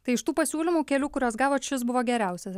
tai iš tų pasiūlymų kelių kuriuos gavot šis buvo geriausias